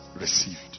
received